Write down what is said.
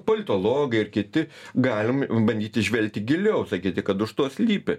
politologai ir kiti galim bandyti žvelgti giliau sakyti kad už to slypi